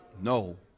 No